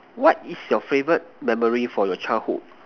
what is your favourite memory from your childhood